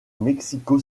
mexico